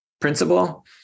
principal